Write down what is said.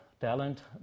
talent